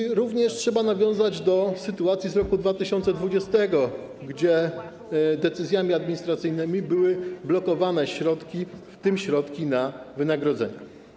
Trzeba również nawiązać do sytuacji z roku 2020, gdy decyzjami administracyjnymi były blokowane środki, w tym środki na wynagrodzenia.